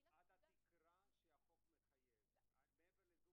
עקב פעולות איבה ומי